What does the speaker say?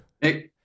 Hey